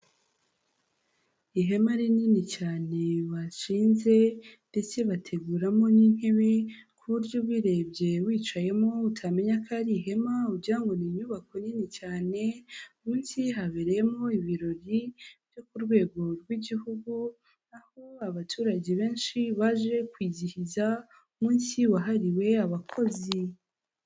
Ihema rinini cyane bashinze ndetse bateguramo n'intebe ku buryo ubirebye wicayemo utamenya ko ari ihema, ugira ngo ni inyubako nini cyane, munsi habereyemo ibirori byo ku rwego rw'igihugu aho abaturage benshi baje kwizihiza umunsi wahariwe abakozi.